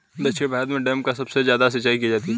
दक्षिण भारत में डैम से सबसे ज्यादा सिंचाई की जाती है